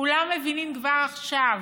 כולם מבינים כבר עכשיו,